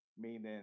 meaning